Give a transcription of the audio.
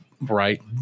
Right